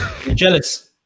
jealous